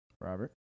Robert